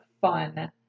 fun